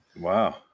Wow